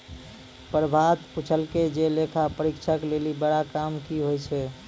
प्रभात पुछलकै जे लेखा परीक्षक लेली बड़ा काम कि होय छै?